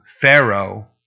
Pharaoh